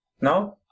No